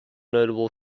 notable